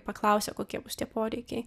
paklausia kokie bus tie poreikiai